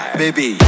baby